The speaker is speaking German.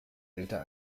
älter